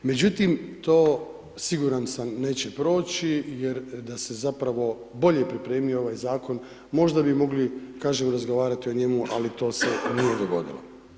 Međutim, to sigurno neće proći jer da se zapravo bolje pripremi ovaj zakon, možda bi mogli, kažem, razgovarati o njemu, ali to se nije dogodilo.